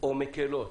או מקלות